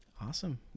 Awesome